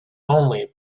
only